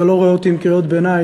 אתה לא רואה אותי עם קריאות ביניים.